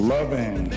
Loving